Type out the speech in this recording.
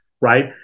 right